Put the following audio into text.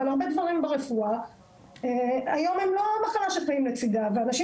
אבל הרבה דברים ברפואה היום היא לא מחלה שחיים לצידה ואנשים